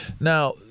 Now